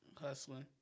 hustling